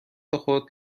خود